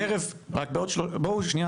שנייה,